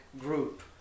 group